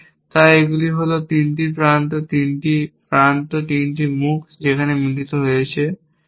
তাই এইগুলি হল 3টি প্রান্ত তিনটি প্রান্ত এবং 3টি মুখ সেখানে মিলিত হতে চলেছে